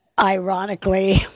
ironically